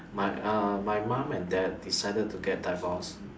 my ah my mom and dad decided to get divorced